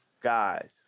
guys